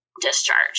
discharge